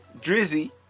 Drizzy